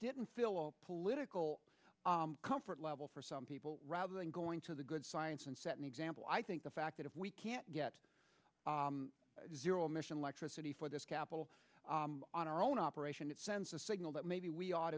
didn't fill all political comfort level for some people rather than going to the good science and set an example i think the fact that if we can't get zero emission like tricity for this capital on our own operation it sends a signal that maybe we ought